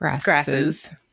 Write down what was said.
grasses